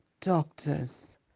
doctors